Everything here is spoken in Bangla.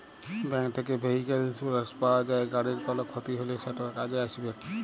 ব্যাংক থ্যাকে ভেহিক্যাল ইলসুরেলস পাউয়া যায়, গাড়ির কল খ্যতি হ্যলে সেট কাজে আইসবেক